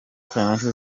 financial